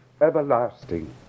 everlasting